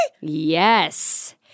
Yes